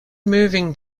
moving